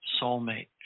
soulmate